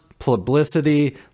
Publicity